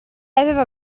aveva